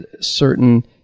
certain